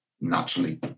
naturally